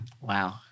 Wow